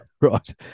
Right